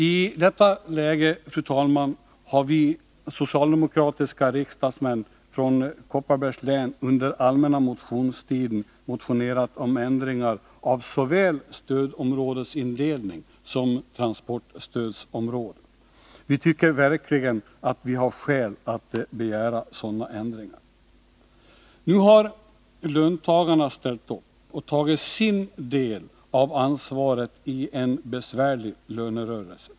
I detta läge, fru talman, har vi socialdemokratiska riksdagsmän från Kopparbergs län under allmänna motionstiden motionerat om ändringar av såväl stödområdesindelning som transportstödsområden. Vi tycker verkligen att vi har skäl att begära sådana ändringar! Nu har löntagarna ställt upp och i lönerörelsen tagit sin del av ansvaret i en besvärlig situation.